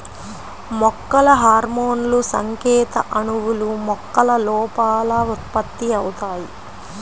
మొక్కల హార్మోన్లుసంకేత అణువులు, మొక్కల లోపల ఉత్పత్తి అవుతాయి